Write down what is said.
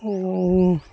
ଓ